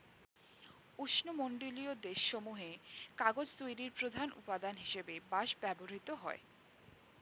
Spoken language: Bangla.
উষ্ণমণ্ডলীয় দেশ সমূহে কাগজ তৈরির প্রধান উপাদান হিসেবে বাঁশ ব্যবহৃত হয়